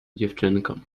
dziewczynkom